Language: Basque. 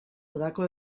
udako